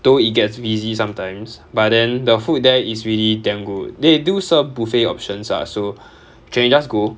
though it gets busy sometimes but then the food there is really damn good they do serve buffet options ah so can just go